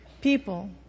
People